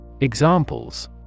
Examples